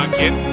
get